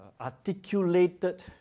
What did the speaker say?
articulated